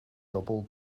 double